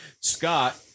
Scott